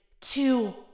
two